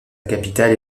capitale